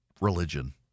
Religion